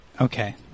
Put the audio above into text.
okay